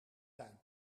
tuin